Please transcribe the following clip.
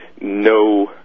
no